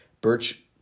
Birch